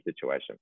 situation